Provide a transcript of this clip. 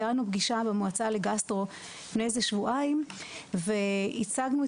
היה לנו פגישה במועצה לגסטרו לפני איזה שבועיים והיצגנו את